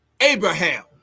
Abraham